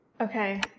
Okay